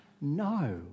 no